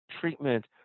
treatment